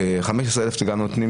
חבר הכנסת רוטמן לא נמצא